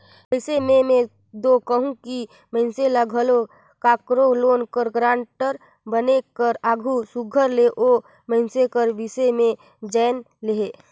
अइसे में में दो कहूं कि मइनसे ल घलो काकरो लोन कर गारंटर बने कर आघु सुग्घर ले ओ मइनसे कर बिसे में जाएन लेहे